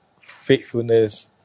faithfulness